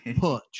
punch